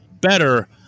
better